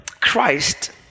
Christ